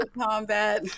Combat